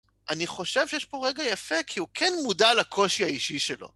אני חושב שיש פה רגע יפה, כי הוא כן מודע לקושי האישי שלו.